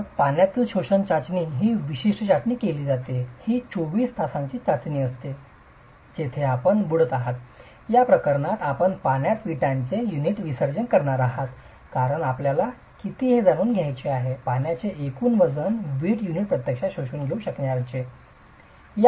तर पाण्यातील शोषण चाचणी ही विशिष्ट चाचणी केली जाते ही 24 तासांची चाचणी असते जेथे आपण बुडत आहात या प्रकरणात आपण पाण्यात विटांचे युनिट विसर्जन करणार आहात कारण आपल्याला किती हे जाणून घ्यायचे आहे पाण्याचे एकूण वजन वीट युनिट प्रत्यक्षात शोषून घेऊ शकणार्याचे